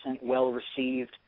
well-received